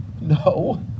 No